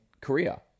Korea